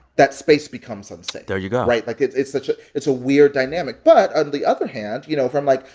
that space becomes unsafe there you go right? like, it's it's such a it's a weird dynamic. but on the other hand, you know, i'm like,